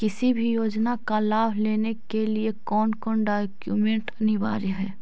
किसी भी योजना का लाभ लेने के लिए कोन कोन डॉक्यूमेंट अनिवार्य है?